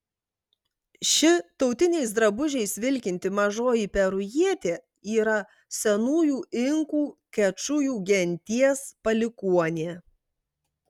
ši tautiniais drabužiais vilkinti mažoji perujietė yra senųjų inkų kečujų genties palikuonė